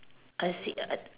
I see uh